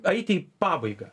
eiti į pabaigą